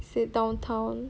是 downtown